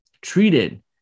treated